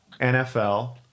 NFL